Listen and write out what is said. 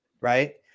right